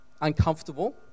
uncomfortable